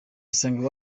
isange